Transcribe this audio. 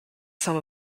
some